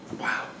Wow